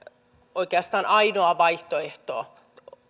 oikeastaan ainoa vaihtoehto